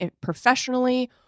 professionally